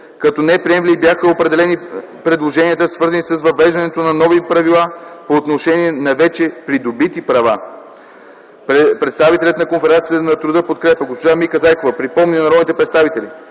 Като неприемливи бяха определени предложенията, свързани с въвеждането на нови правила по отношение на вече придобити права. Представителят на Конфедерацията на труда „Подкрепа” госпожа Мика Зайкова припомни на народните представители,